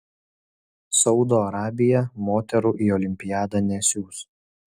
saudo arabija moterų į olimpiadą nesiųs